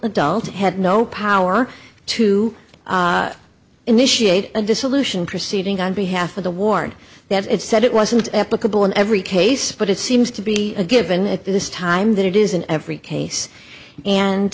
adult had no power to initiate a dissolution proceeding on behalf of the ward that it said it wasn't applicable in every case but it seems to be a given at this time that it is in every case